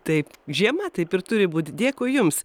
taip žiema taip ir turi būt dėkui jums